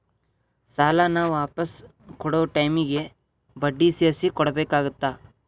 ಸಾಲಾನ ವಾಪಿಸ್ ಕೊಡೊ ಟೈಮಿಗಿ ಬಡ್ಡಿ ಸೇರ್ಸಿ ಕೊಡಬೇಕಾಗತ್ತಾ